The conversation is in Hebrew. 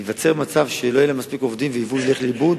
ייווצר מצב שלא יהיו מספיק עובדים ויבול ילך לאיבוד,